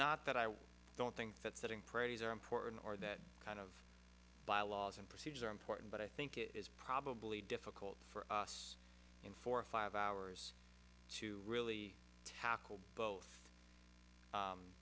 not that i don't think that setting priorities are important or that kind of bylaws and procedures are important but i think it is probably difficult for us in four or five hours to really tackle both